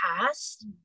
past